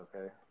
okay